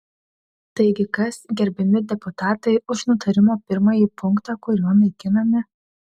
taigi kas gerbiami deputatai už nutarimo pirmąjį punktą kuriuo naikinami